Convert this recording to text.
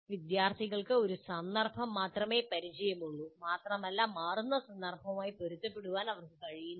വിദ്യാർത്ഥികൾക്ക് ഒരു സന്ദർഭം മാത്രമേ പരിചയമുള്ളൂ മാത്രമല്ല മാറുന്ന സന്ദർഭവുമായി പൊരുത്തപ്പെടാൻ അവർക്ക് കഴിയില്ല